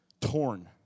Torn